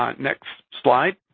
um next slide.